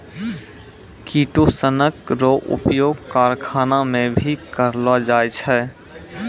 किटोसनक रो उपयोग करखाना मे भी करलो जाय छै